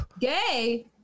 Gay